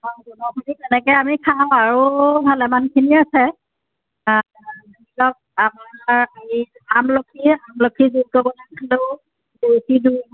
অঁ কিবাকিবি তেনেকৈ আমি খাওঁ আৰু ভালেমানখিনি আছে এইবিলাক আপোনাৰ হেৰি আমলখি আমলখি জুচ বনাই খালেও অৰুচি দূৰ হয়